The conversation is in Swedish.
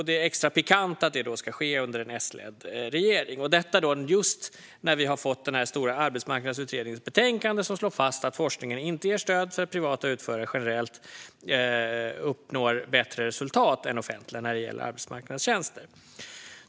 Det är extra pikant att det ska ske under en S-ledd regering, dessutom just när vi har fått den stora arbetsmarknadsutredningens betänkande som slår fast att forskningen inte ger stöd för att privata utförare generellt uppnår bättre resultat än offentliga när det gäller arbetsmarknadstjänster.